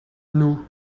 nous